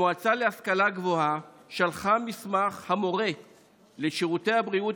המועצה להשכלה גבוהה שלחה מסמך המורה לשירותי הבריאות